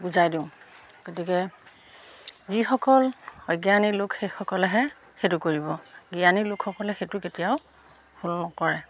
বুজাই দিওঁ গতিকে যিসকল অজ্ঞানী লোক সেইসকলেহে সেইটো কৰিব জ্ঞানী লোকসকলে সেইটো কেতিয়াও ভুল নকৰে